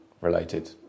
related